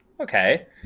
okay